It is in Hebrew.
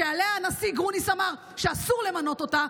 שעליה הנשיא גרוניס אמר שאסור למנות אותה,